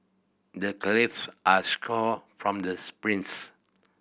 the calves are strong from the sprints